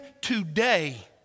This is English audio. today